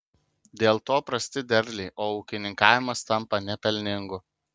dėl to prasti derliai o ūkininkavimas tampa nepelningu